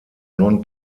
non